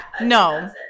No